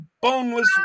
boneless